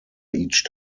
each